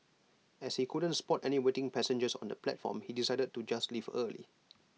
as he couldn't spot any waiting passengers on the platform he decided to just leave early